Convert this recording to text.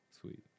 sweet